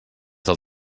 del